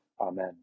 Amen